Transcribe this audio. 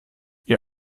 ihr